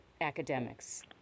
academics